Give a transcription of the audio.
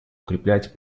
укреплять